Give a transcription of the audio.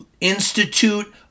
Institute